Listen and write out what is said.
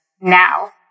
now